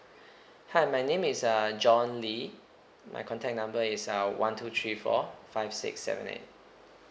hi my name is uh john lee my contact number is uh one two three four five six seven eight